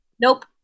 Nope